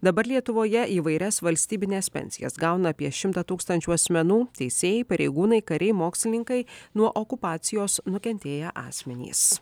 dabar lietuvoje įvairias valstybines pensijas gauna apie šimtą tūkstančių asmenų teisėjai pareigūnai kariai mokslininkai nuo okupacijos nukentėję asmenys